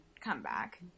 comeback